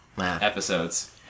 episodes